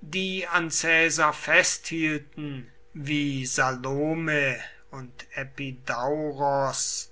die an caesar festhielten wie salome und epidauros